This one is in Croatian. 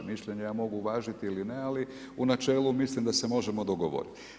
Mišljenja ja mogu uvažili ili ne, ali u načelu mislim da se možemo dogovoriti.